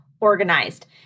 organized